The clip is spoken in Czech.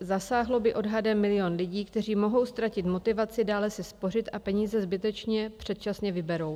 Zasáhlo by odhadem milion lidí, kteří mohou ztratit motivaci dále si spořit a peníze zbytečně předčasně vyberou.